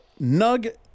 Nug